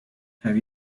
have